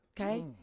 okay